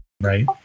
right